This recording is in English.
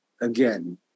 Again